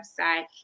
website